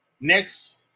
Next